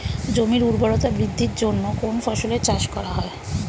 জমির উর্বরতা বৃদ্ধির জন্য কোন ফসলের চাষ করা হয়?